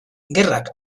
gerrak